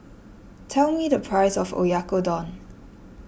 tell me the price of Oyakodon